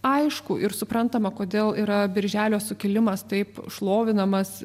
aišku ir suprantama kodėl yra birželio sukilimas taip šlovinamas